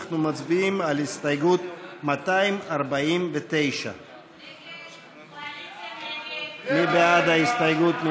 אנחנו מצביעים על הסתייגות 249. מי בעד ההסתייגות?